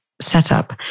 setup